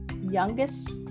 youngest